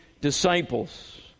disciples